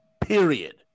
Period